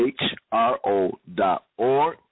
hro.org